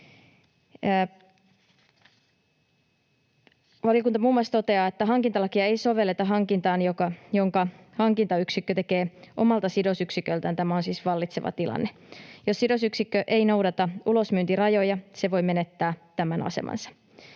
Valiokunta muun muassa toteaa, että hankintalakia ei sovelleta hankintaan, jonka hankintayksikkö tekee omalta sidosyksiköltään. Tämä on siis vallitseva tilanne. Jos sidosyksikkö ei noudata ulosmyyntirajoja, se voi menettää tämän asemansa.